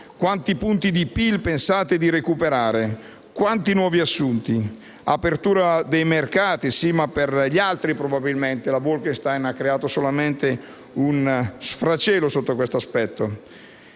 Quanti punti di PIL pensate di recuperare? Quanti nuovi assunti? L'apertura dei mercati ci sarà per gli altri, probabilmente. La Bolkestein ha creato solamente uno sfacelo sotto questo aspetto.